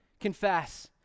confess